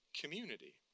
community